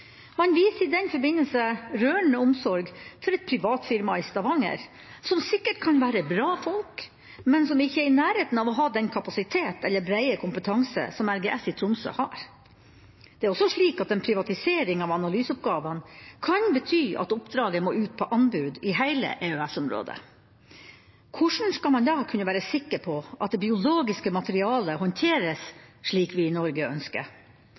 Man viser i den forbindelse rørende omsorg for et privat firma i Stavanger, som sikkert kan bestå av bra folk, men som ikke er i nærheten av å ha den kapasitet eller brede kompetanse som RGS i Tromsø har. Det er også slik at en privatisering av analyseoppgavene kan bety at oppdraget må ut på anbud i hele EØS-området. Hvordan skal man da kunne være sikker på at det biologiske materialet håndteres slik vi i Norge ønsker?